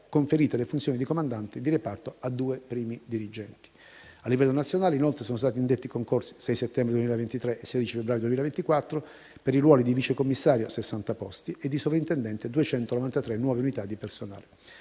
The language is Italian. conferite le funzioni di comandante di reparto a due primi dirigenti. A livello nazionale, inoltre, sono stati indetti concorsi il 6 settembre 2023 e il 16 febbraio 2024, rispettivamente per i ruoli di vicecommissario, con 60 posti a concorso, e di sovrintendente, per 293 nuove unità di personale.